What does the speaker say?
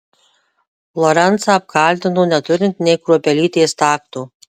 lorencą apkaltino neturint nė kruopelytės takto